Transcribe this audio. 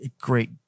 great